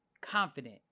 confident